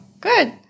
Good